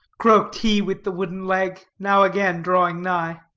croaked he with the wooden leg, now again drawing nigh.